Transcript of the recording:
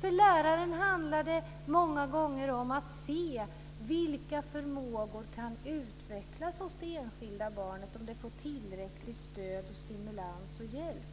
För läraren handlar det många gånger om att se vilka förmågor som kan utvecklas hos det enskilda barnet om det får tillräckligt stöd och stimulans och hjälp.